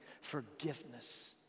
forgiveness